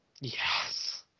Yes